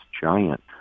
giant